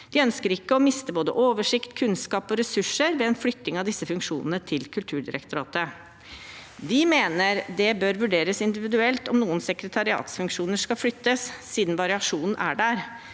De ønsker ikke å miste oversikt, kunnskap og ressurser ved en flytting av disse funksjonene til Kulturdirektoratet. Vi mener det bør vurderes individuelt om noen sekretariatsfunksjoner skal flyttes, siden variasjonen er der,